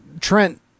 Trent